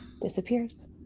disappears